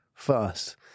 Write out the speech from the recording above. first